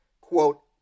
quote